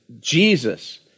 Jesus